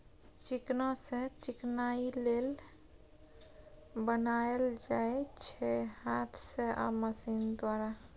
चिकना सँ चिकनाक तेल बनाएल जाइ छै हाथ सँ आ मशीन द्वारा